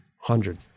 hundred